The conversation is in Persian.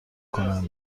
کنم